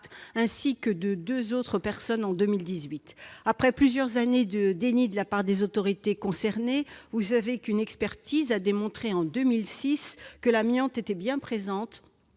ainsi que de deux autres personnes en 2018. Après plusieurs années de déni de la part des autorités concernées, une expertise a démontré en 2006 que de l'amiante était bien présent